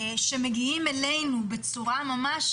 שמגיעים אלינו בצורה ממש